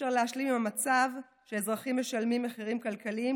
אי-אפשר להשלים עם המצב שאזרחים משלמים מחירים כלכליים,